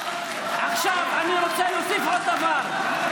עכשיו אני רוצה להוסיף עוד דבר.